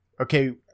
okay